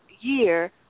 year